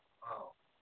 ꯑꯥꯎ